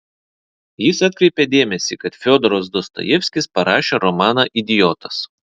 jis atkreipė dėmesį kad fiodoras dostojevskis parašė romaną idiotas